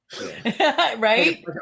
Right